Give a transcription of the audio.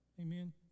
Amen